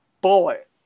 bullet